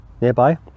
nearby